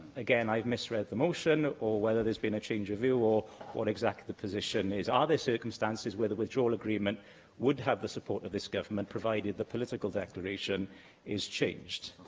again, i've misread the motion whether there's been a change of view, or what exactly the position is? are there circumstances where the withdrawal agreement would have the support of this government, provided the political declaration is changed?